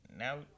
Now